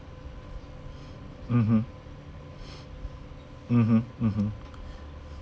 mmhmm mmhmm mmhmm